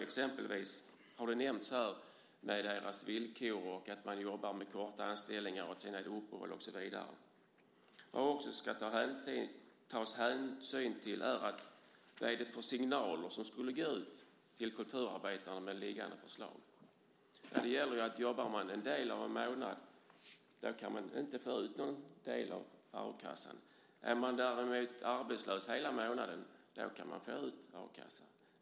Exempelvis har här nämnts deras villkor och att man jobbar med korta anställningar och däremellan har uppehåll och så vidare. En annan sak som bör tas hänsyn till är vilka signaler som skulle gå ut till kulturarbetarna med liggande förslag. Det som gäller är ju att om man jobbar en del av en månad så kan man inte få ut någon del av a-kassan. Är man däremot arbetslös hela månaden så kan man få ut ersättning från a-kassan.